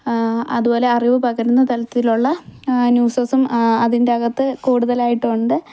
അതുപോലെ അറിവ് പകരുന്ന തലത്തിലുള്ള ന്യൂസും അതിൻ്റെ അകത്ത് കൂടുതൽ ആയിട്ട് ഉണ്ട്